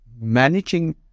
managing